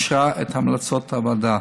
אישרה את המלצות הוועדה.